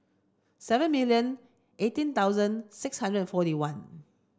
seven million eighteen thousand six hundred forty one